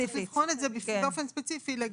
צריך לבחון את זה באופן ספציפי.